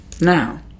Now